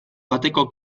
bateko